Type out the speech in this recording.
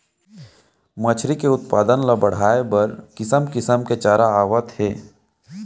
मछरी के उत्पादन ल बड़हाए बर किसम किसम के चारा आवत हे